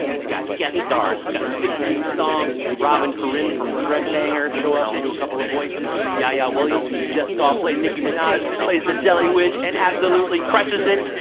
it's got guest stars. it's got six new songs. rob and corinne from threadbanger show up and do a couple of voices. yaya williams who you just saw play nicki minaj plays the jelly witch and absolutely crushes it.